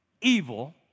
evil